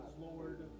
Lord